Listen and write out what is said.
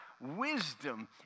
wisdom